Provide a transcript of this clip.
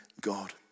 God